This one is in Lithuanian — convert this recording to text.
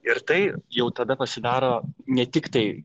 ir tai jau tada pasidaro ne tiktai